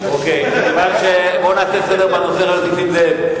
בואו ונעשה סדר בנושא של נסים זאב.